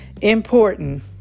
Important